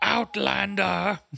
Outlander